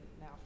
now